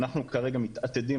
אנחנו כרגע מתעתדים,